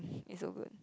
it's so good